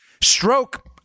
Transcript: Stroke